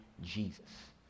Jesus